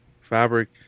fabric